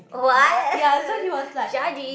ya so he was like